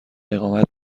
اقامت